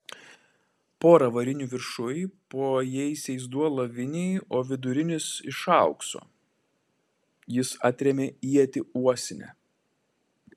pora varinių viršuj po jaisiais du alaviniai o vidurinis iš aukso jis atrėmė ietį uosinę